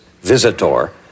visitor